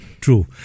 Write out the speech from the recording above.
True